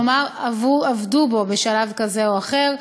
כלומר עבדו בו בשלב כזה או אחר.